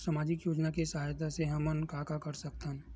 सामजिक योजना के सहायता से हमन का का कर सकत हन?